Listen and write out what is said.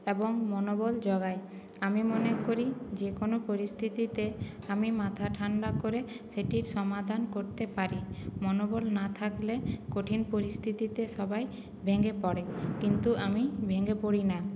এবং মনোবল জোগায় আমি মনে করি যে কোনো পরিস্থিতিতে আমি মাথা ঠান্ডা করে সেটির সমাধান করতে পারি মনোবল না থাকলে কঠিন পরিস্থিতিতে সবাই ভেঙে পড়ে কিন্তু আমি ভেঙে পরি না